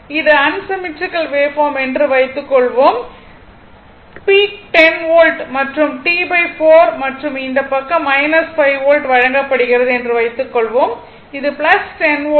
இது unsymmetrical waveform என்று வைத்துக்கொள்வோம் பீக் 10 வோல்ட் மற்றும் T4 மற்றும் இந்த பக்கம் 5 வோல்ட் வழங்கப்படுகிறது என்று வைத்துக்கொள்வோம் இது 10 வோல்ட்